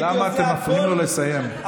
למה אתם מפריעים לו לסיים?